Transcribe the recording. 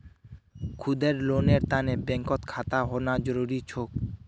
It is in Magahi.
खुदेर लोनेर तने बैंकत खाता होना जरूरी छोक